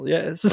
Yes